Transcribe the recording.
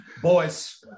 Boys